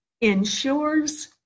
ensures